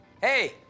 Hey